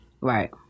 right